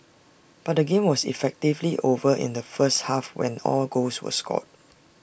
but the game was effectively over in the first half when all goals were scored